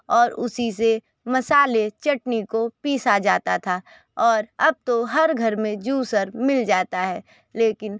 और उसी से मसाले चटनी को पीसा जाता था और अब तो हर घर में जूसर मिल जाता है लेकिन